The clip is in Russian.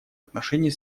отношений